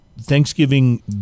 Thanksgiving